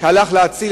שהלך להציל.